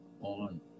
on